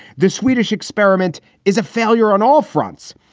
this swedish experiment is a failure on all fronts.